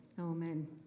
Amen